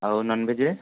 ଆଉ ନନଭେଜରେ